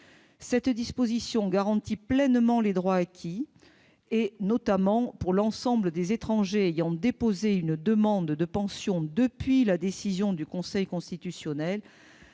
Cette disposition garantit pleinement les droits acquis, notamment pour l'ensemble des étrangers ayant déposé une demande de pension depuis la décision du Conseil constitutionnel.